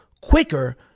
quicker